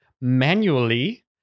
manually